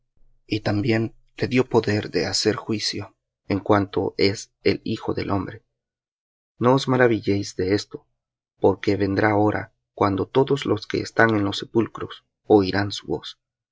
y también le dió poder de hacer juicio en cuanto es el hijo del hombre no os maravilléis de esto porque vendrá hora cuando todos los que están en los sepulcros oirán su voz